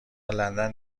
لندن